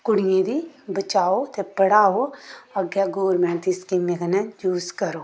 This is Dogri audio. कुड़ियें दी बचाओ ते पढ़ाओ अग्गें गौरमैंट दी स्कीमें कन्नै यूज करो